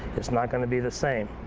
it's not going to be the same.